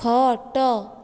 ଖଟ